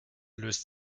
löst